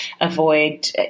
avoid